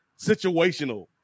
situational